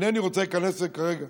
אינני רוצה להיכנס לזה כרגע,